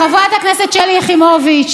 חברת הכנסת שלי יחימוביץ,